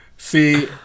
See